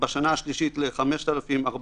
בשנה השלישית ל-5,419,